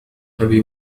أبي